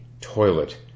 toilet